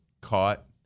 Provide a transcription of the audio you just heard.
caught